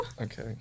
Okay